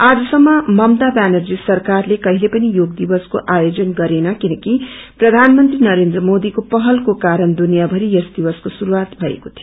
आजसम्म मता व्यानर्जी सरकारले कहिले पनि योग दिवसको आयोजन गरेन किनकि प्रधानमंत्री नरेन्द्र मोदीको पहलको कारण दुनियाभरि यस दिवसको शुरूआत भएको थियो